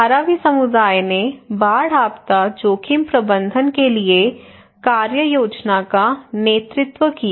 धारावी समुदाय ने बाढ़ आपदा जोखिम प्रबंधन के लिए कार्य योजना का नेतृत्व किया